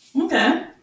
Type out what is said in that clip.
Okay